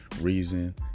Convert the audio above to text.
reason